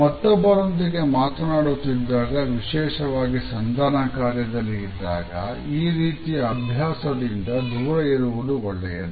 ಮತ್ತೊಬ್ಬರೊಂದಿಗೆ ಮಾತನಾಡುತ್ತಿದ್ದಾಗ ವಿಶೇಷವಾಗಿ ಸಂಧಾನ ಕಾರ್ಯದಲ್ಲಿ ಇದ್ದಾಗ ಈ ರೀತಿಯ ಅಭ್ಯಾಸದಿಂದ ದೂರ ಇರುವುದು ಒಳ್ಳೆಯದು